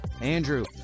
Andrew